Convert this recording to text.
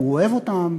הוא אוהב אותם,